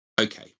Okay